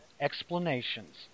explanations